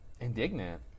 indignant